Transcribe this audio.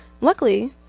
luckily